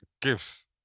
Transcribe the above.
gifts